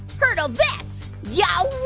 hurdle this, yo.